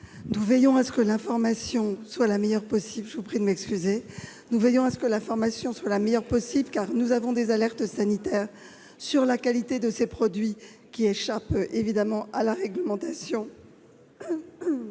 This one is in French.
Nous veillons à ce que l'information soit la meilleure possible, car nous disposons d'alertes sanitaires sur la qualité de ces produits, qui échappent à la réglementation.